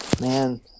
man